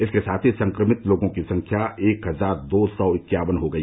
इसके साथ ही संक्रमित लोगों की संख्या एक हजार दो सौ इक्यावन हो गई